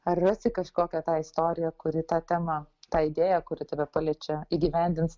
ar rasi kažkokią tą istoriją kuri tą temą tą idėją kuri tave paliečia įgyvendins